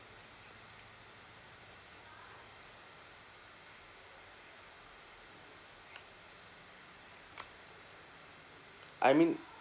I mean